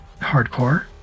hardcore